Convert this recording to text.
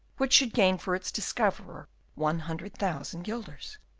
which should gain for its discoverer one hundred thousand guilders!